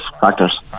factors